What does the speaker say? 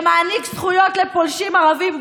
שמעניק זכויות לפולשים ערבים.